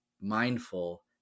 mindful